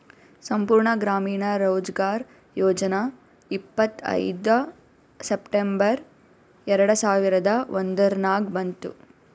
ಸಂಪೂರ್ಣ ಗ್ರಾಮೀಣ ರೋಜ್ಗಾರ್ ಯೋಜನಾ ಇಪ್ಪತ್ಐಯ್ದ ಸೆಪ್ಟೆಂಬರ್ ಎರೆಡ ಸಾವಿರದ ಒಂದುರ್ನಾಗ ಬಂತು